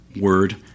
word